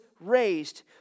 raised